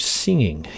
singing